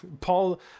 Paul